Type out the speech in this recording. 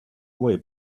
away